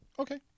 Okay